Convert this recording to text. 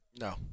No